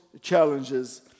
challenges